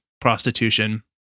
prostitution